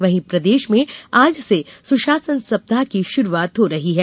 वहीं प्रदेश में आज से सुशासन सप्ताह की शुरूआत हो रही है